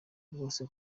rwose